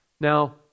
Now